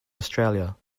australia